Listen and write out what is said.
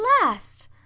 last